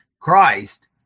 Christ